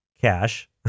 cash